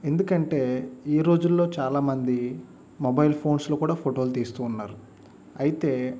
ఎందుకంటే ఈ రోజుల్లో చాలా మంది మొబైల్ ఫోన్స్లో ఫోటోలు తీస్తూ ఉన్నారు అయితే